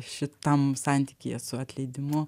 šitam santykyje su atleidimu